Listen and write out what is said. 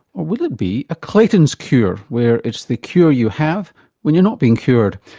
or will it be a clayton's cure where it's the cure you have when you're not being cured?